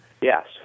Yes